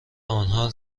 آنها